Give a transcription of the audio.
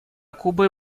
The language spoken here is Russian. кубы